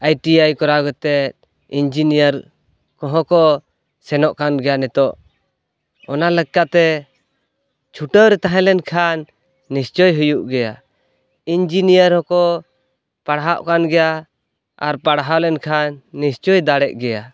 I T I ᱠᱚᱨᱟᱣ ᱠᱟᱛᱮᱫ engineer ᱠᱚ ᱦᱚᱸᱠᱚ ᱥᱮᱱᱚᱜᱠᱟᱱ ᱜᱮᱭᱟ ᱱᱤᱛᱚᱜ ᱚᱱᱟ ᱞᱮᱠᱟᱛᱮ ᱪᱷᱩᱴᱟᱹᱣᱨᱮ ᱛᱟᱦᱮᱸᱞᱮᱱ ᱠᱷᱟᱱ ᱱᱤᱥᱪᱚᱭ ᱦᱩᱭᱩᱜ ᱜᱮᱭᱟ ᱤᱧᱡᱤᱱᱤᱭᱟᱨ ᱦᱚᱸᱠᱚ ᱯᱟᱲᱦᱟᱣᱚᱜ ᱠᱟᱱᱜᱮᱭᱟ ᱟᱨ ᱯᱟᱲᱦᱟᱣ ᱞᱮᱱᱠᱷᱟᱱ ᱱᱤᱥᱪᱚᱭ ᱫᱟᱲᱮᱜ ᱜᱮᱭᱟ